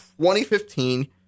2015